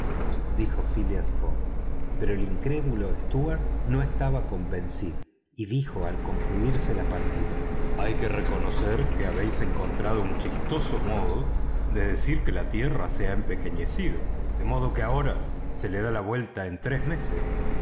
phileas fogg pero el incrédulo stuart no estaba convencido y dijo al concluirse la partida hay que reconocer que habéis encontrado un chistoso modo de decir que la tierra se ha empequeñecido de modo que ahora se le da vuelta en tres meses